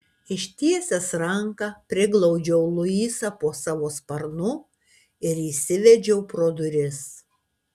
ištiesęs ranką priglaudžiau luisą po savo sparnu ir įsivedžiau pro duris